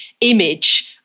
image